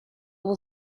will